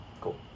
Cool